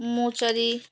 মৌচারি